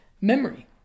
memory